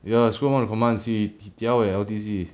ya so one of the command is he he L_T_C